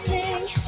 Sing